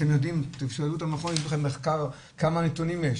תשאלו את מכון למחקר כמה נתונים יש,